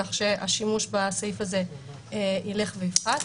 כך שהשימוש בסעיף הזה ילך ויפחת.